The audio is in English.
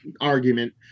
argument